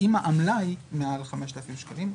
אם העמלה היא מעל 5,000 שקלים,